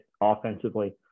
offensively